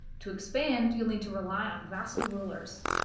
to expand, you'll need to rely on vassal rulers.